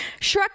Shrek